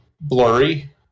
blurry